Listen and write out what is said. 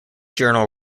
journal